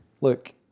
look